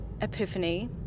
epiphany